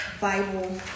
Bible